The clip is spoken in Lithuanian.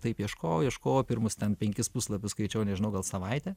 taip ieškojau ieškojau pirmus penkis puslapius skaičiau nežinau gal savaitę